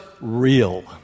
real